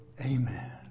Amen